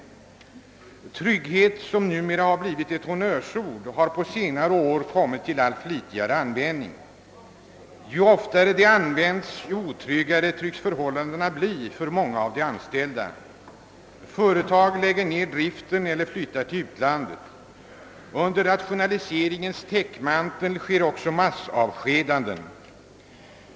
Trygghet har numera blivit ett honnörsord, som på senare år kommit till allt flitigare användning. Ju oftare det används, desto otryggare tycks förhållandena bli för många av de anställda. Företag lägger ned driften eller flyttar till utlandet. Under = rationaliseringens täckmantel sker också massavskedanden.